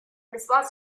response